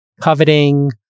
coveting